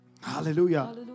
Hallelujah